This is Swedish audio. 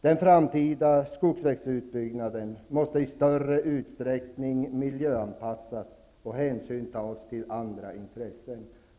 Den framtida skogsvägsutbyggnaden måste i större utsträckning miljöanpassas och man måste ta hänsyn till andra intressen.